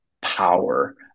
power